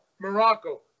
Morocco